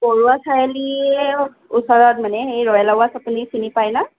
বৰুৱা চাৰিআলি ওচৰত মানে এই ৰয়েল আৱাস আপুনি চিনি পায় ন